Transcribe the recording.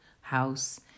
house